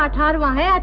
um how do i ah